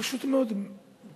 פשוט מאוד באמצעים